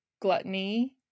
gluttony